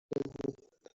بودم